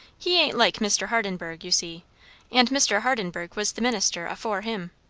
he ain't like mr. hardenburgh, you see and mr. hardenburgh was the minister afore him.